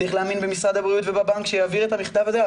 צריך להאמין במשרד הבריאות ובבנק שיעבירו את המכתב הזה,